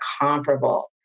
comparable